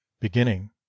beginning